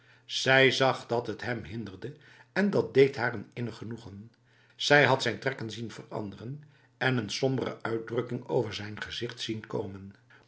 zij zag dat het hem hinderde en dat deed haar een innig genoegen zij had zijn trekken zien veranderen en een sombere uitdrukking over zijn gezicht zien komen